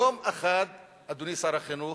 יום אחד, אדוני שר החינוך,